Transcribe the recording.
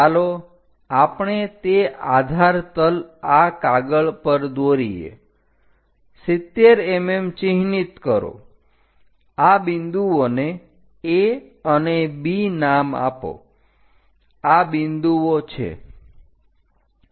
ચાલો આપણે તે આધાર તલ આ કાગળ પર દોરીએ 70 mm ચિહ્નિત કરો આ બિંદુઓને A અને B નામ આપો આ બિંદુઓ છે